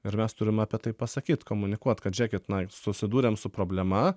ir mes turim apie tai pasakyt komunikuot kad žiūrėkit na susidūrėm su problema